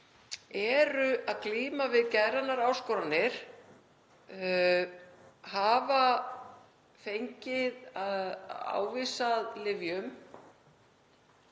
eru að glíma við geðrænar áskoranir og hafa fengið ávísað lyfjum,